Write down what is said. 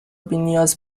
بینیاز